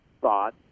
thought